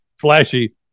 flashy